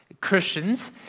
Christians